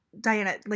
Diana